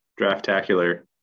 draftacular